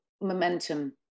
momentum